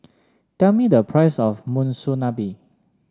tell me the price of Monsunabe